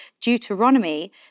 Deuteronomy